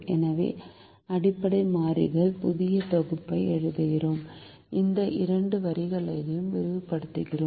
எனவே அடிப்படை மாறிகளின் புதிய தொகுப்பை எழுதுகிறோம் இந்த இரண்டு வரிகளையும் விரிவுபடுத்துகிறோம்